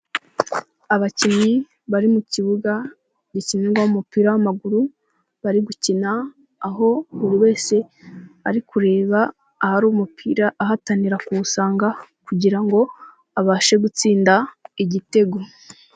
Abakinnyi bari mukibuga gikinirwa umupira w'amaguru, bari gukina aho buri wese ari kureba ahari umupira ahatanira kuwusanga, kugirango abashe gutsinda igitego.